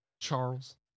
Charles